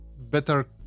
better